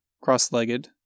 cross-legged